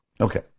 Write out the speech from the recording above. Okay